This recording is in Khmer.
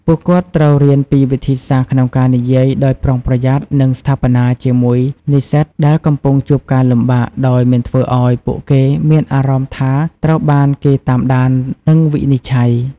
ពួកគាត់ត្រូវរៀនពីវិធីសាស្ត្រក្នុងការនិយាយដោយប្រុងប្រយ័ត្ននិងស្ថាបនាជាមួយនិស្សិតដែលកំពុងជួបការលំបាកដោយមិនធ្វើឱ្យពួកគេមានអារម្មណ៍ថាត្រូវបានគេតាមដាន និងវិនិច្ឆ័យ។